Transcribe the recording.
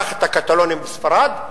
קח את הקטלונים בספרד,